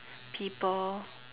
people